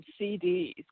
CDs